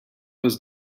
was